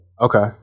Okay